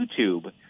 YouTube